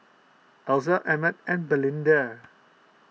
Elza Emett and Belinda